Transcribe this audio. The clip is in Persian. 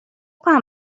کنم